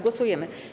Głosujemy.